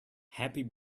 happy